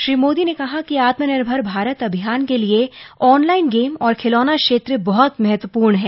श्री मोदी ने कहा कि आत्मनिर्भर भारत अभियान के लिए ऑनलाइन गेम और खिलौना क्षेत्र बहुत महत्वपूर्ण हैं